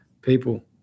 people